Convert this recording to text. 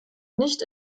nicht